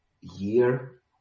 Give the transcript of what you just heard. year